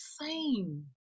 insane